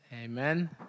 Amen